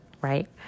Right